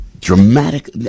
dramatic